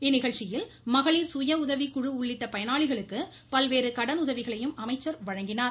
இந்நிகழ்ச்சியில் மகளிர் சுயஉதவிக்குழு உள்ளிட்ட பயனாளிகளுக்கு பல்வேறு கடனுதவிகளையும் அமைச்சர் வழங்கினார்